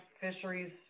fisheries